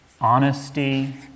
honesty